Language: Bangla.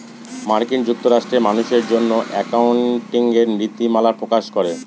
মার্কিন যুক্তরাষ্ট্রে মানুষের জন্য একাউন্টিঙের নীতিমালা প্রকাশ করে